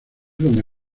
donde